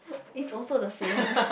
it's also the same